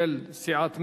של סיעת מרצ.